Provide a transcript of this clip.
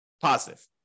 positive